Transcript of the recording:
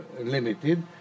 limited